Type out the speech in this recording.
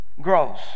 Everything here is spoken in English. grows